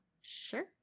Sure